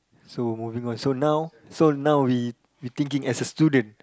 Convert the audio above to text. so moving on so now so now we we thinking as a student